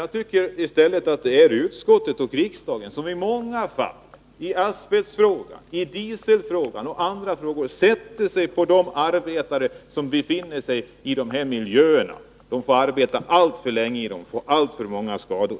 Jag tycker att det i stället är utskottet och riksdagen som i många fall — i asbestfrågan, dieselfrågan och andra frågor — sätter sig på de arbetare som befinner sig i dessa farliga miljöer. De får alltför länge arbeta i dessa miljöer, och de får alltför många skador.